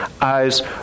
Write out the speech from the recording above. eyes